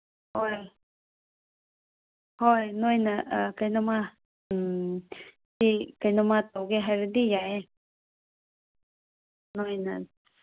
ꯍꯣꯏ ꯍꯣꯏ ꯅꯣꯏꯅ ꯀꯩꯅꯣꯝꯃ ꯀꯩꯅꯣꯝꯃ ꯇꯧꯒꯦ ꯍꯥꯏꯔꯗꯤ ꯌꯥꯏꯌꯦ ꯅꯣꯏꯅ